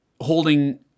holding